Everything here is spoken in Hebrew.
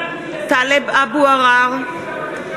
איפה לפיד?